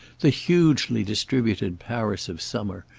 the hugely-distributed paris of summer,